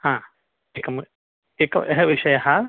एकम् एकः विषयः